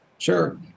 Sure